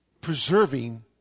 preserving